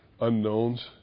unknowns